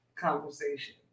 conversation